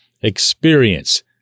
experience